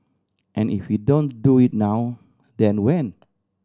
and if we don't do it now then when